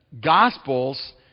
Gospels